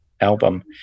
album